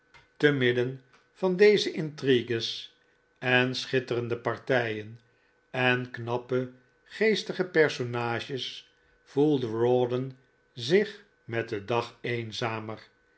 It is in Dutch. te midden van deze intrigues en schitterende partijen en knappe geestige personages voelde rawdon zich met den dag eenzamer